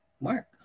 Mark